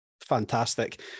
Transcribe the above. fantastic